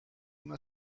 una